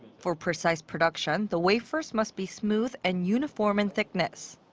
for precise production, the wafers must be smooth and uniform in thickness.